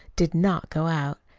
did not go out.